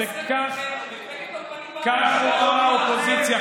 וכך רואה האופוזיציה,